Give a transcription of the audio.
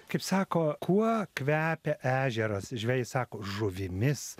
kaip sako kuo kvepia ežeras žvejai sako žuvimis